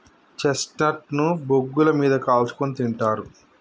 chestnut ను బొగ్గుల మీద కాల్చుకుని తింటారు